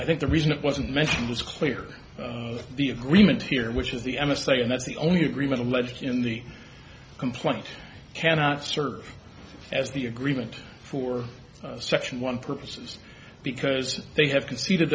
i think the reason it wasn't mentioned was clear the agreement here which is the emissary and that's the only agreement alleged in the complaint cannot serve as the agreement for section one purposes because they have conceded